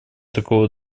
такого